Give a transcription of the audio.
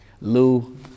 Lou